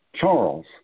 Charles